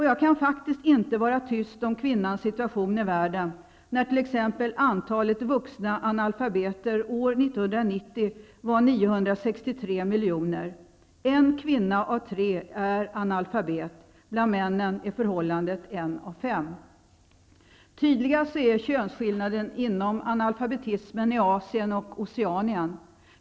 Jag kan faktiskt inte vara tyst om kvinnans situation i världen, när t.ex. antalet vuxna analfabeter år 1990 var 963 miljoner. En kvinna av tre är analfabet. Bland männen är förhållandet en av fem. Tydligast är könsskillnaden inom analfabetismen i Asien och Oceanien.